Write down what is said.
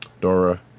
Dora